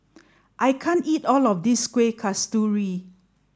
I can't eat all of this Kuih Kasturi